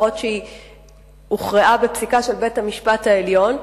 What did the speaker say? אף-על-פי שהיא הוכרעה בפסיקה של בית-המשפט העליון,